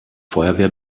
feuerwehr